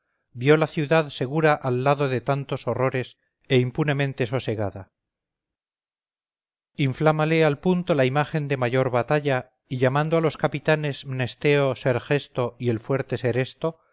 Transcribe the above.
vio la ciudad segura al lado de tantos horrores e impunemente sosegada inflámale al punto la imagen de mayor batalla y llamando a los capitanes mnesteo sergesto y el fuerte seresto